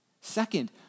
Second